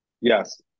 Yes